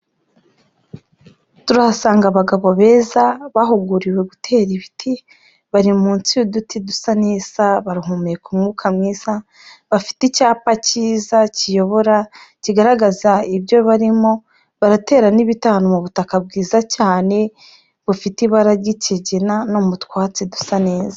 Turahasanga abagabo beza bahuguriwe gutera ibiti, bari munsi y'uduti dusa neza barahumeka umwuka mwiza, bafite icyapa cyiza kiyobora kigaragaza ibyo barimo, baratera n'ibiti ahantu mu butaka bwiza cyane, bufite ibara ry'ikigina no mu twatsi dusa neza.